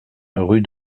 rue